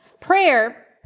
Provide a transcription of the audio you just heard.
Prayer